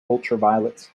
ultraviolet